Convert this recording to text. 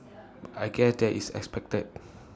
I guess that is expected